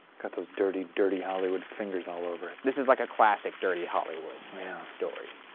got those dirty, dirty hollywood fingers all over it. this is like a classic dirty hollywood story.